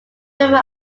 river